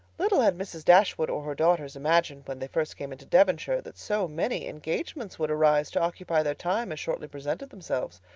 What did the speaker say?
little had mrs. dashwood or her daughters imagined when they first came into devonshire, that so many engagements would arise to occupy their time as shortly presented themselves,